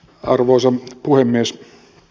arvoisa puhemies